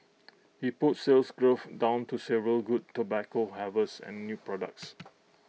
he put Sales Growth down to several good tobacco harvests and new products